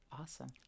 Awesome